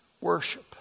Worship